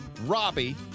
Robbie